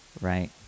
right